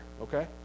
Okay